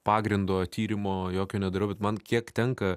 pagrindo tyrimo jokio nedariau bet man kiek tenka